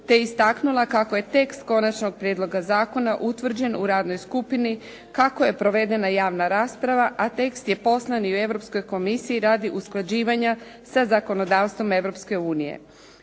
te istaknula kako je tekst konačnog prijedloga zakona utvrđen u radnoj skupini kako je provedena javna rasprava, a tekst je poslan i u Europskoj komisiji radi usklađivanja sa zakonodavstvom Europske unije.